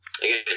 again